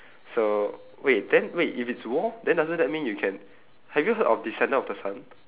so wait then wait if it's war then doesn't that mean you can have you heard of descendant of the sun